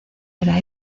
era